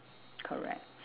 correct